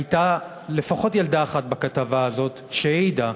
הייתה בכתבה הזאת לפחות ילדה אחת שהעידה.